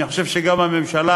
אני חושב שגם הממשלה,